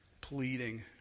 pleading